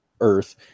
earth